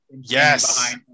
Yes